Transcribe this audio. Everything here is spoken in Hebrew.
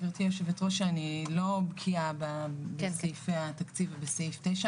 גברתי היו"ר שאני לא בקיאה בסעיפי התקציב ובסעיף 9,